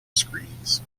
screens